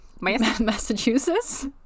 Massachusetts